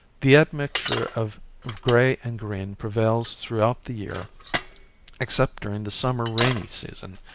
the admixture of gray and green prevails throughout the year except during the summer rainy season,